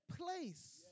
place